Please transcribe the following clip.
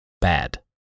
bad